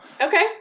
Okay